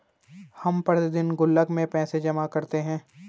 हम प्रतिदिन गुल्लक में पैसे जमा करते है